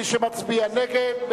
מי שמצביע נגד,